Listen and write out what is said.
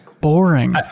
Boring